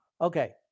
Okay